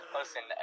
listen